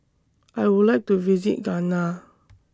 I Would like to visit Ghana